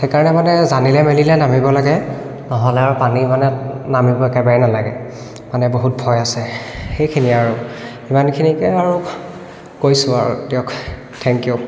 সেইকাৰণে মানে জানিলে মেলিলে নামিব লাগে নহ'লে আৰু পানী মানে আৰু নামিব একেবাৰে নালাগে বহুত ভয় আছে সেইখিনিয়ে আৰু সিমানখিনিকে আৰু কৈছোঁ আৰু দিয়ক থেংক ইউ